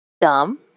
Dumb